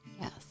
Yes